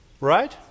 Right